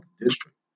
District